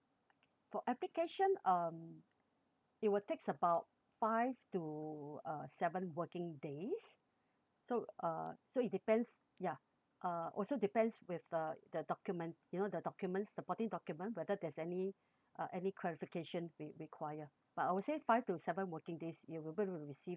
for application um it will takes about five to uh seven working days so uh so it depends ya uh also depends with the the document you know the documents supporting document whether there's any uh any clarification we require but I would say five to seven working days you will be able to receive